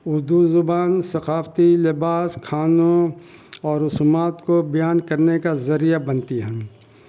اردو زبان ثقافتی لباس کھانوں اور رسومات کو بیان کرنے کا ذریعہ بنتی ہے